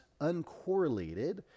uncorrelated